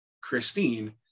Christine